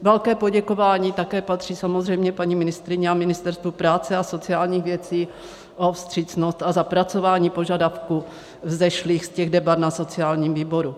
Velké poděkování také patří samozřejmě paní ministryni a Ministerstvu práce a sociálních věcí za vstřícnost a zapracování požadavků vzešlých z debat na sociálním výboru.